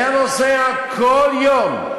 היה נוסע כל יום,